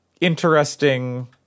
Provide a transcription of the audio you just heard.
interesting